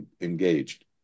engaged